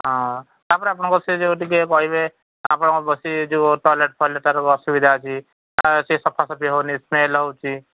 ହଁ ତା'ପରେ ଆପଣଙ୍କ ସେ ଯେଉଁ ଟିକେ କହିବେ ଆପଣଙ୍କ ବସିି ଯେଉଁ ଟଏଲେଟ୍ ଫଲେଟ ତା'ର ଅସୁବିଧା ଅଛି ତା ସେ ସଫାସଫି ହଉନି ସ୍ମେଲ ହେଉଛି